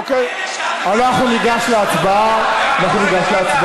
אוקיי, אנחנו ניגש להצבעה.